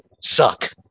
suck